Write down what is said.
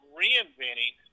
reinventing